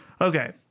Okay